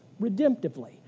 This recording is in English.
redemptively